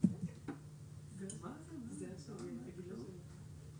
תשלבו את כל הגורמים האלה לשולחן עגול כדי לשמוע את הדברים.